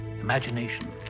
imagination